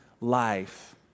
life